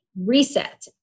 reset